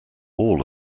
all